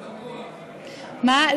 מה?